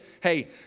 hey